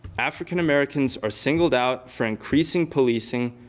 african-americans are singled out for increasing policing,